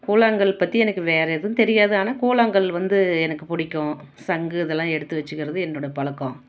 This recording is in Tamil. கூழாங்கல் பற்றி எனக்கு வேறு எதுவும் தெரியாது ஆனால் கூழாங்கல் வந்து எனக்கு பிடிக்கும் சங்கு இதெலாம் எடுத்து வச்சிக்கறது என்னோட பழக்கோம்